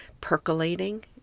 percolating